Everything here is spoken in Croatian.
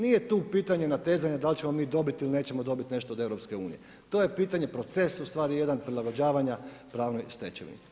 Nije tu pitanje natezanja da li ćemo mi dobiti ili nećemo dobiti nešto od EU, to je pitanje procesa u stvari, prilagođavanja pravnoj stečevini.